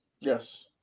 Yes